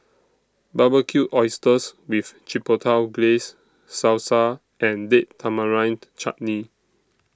Barbecued Oysters with Chipotle Glaze Salsa and Date Tamarind Chutney